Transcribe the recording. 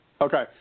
Okay